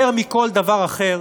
יותר מכל דבר אחר,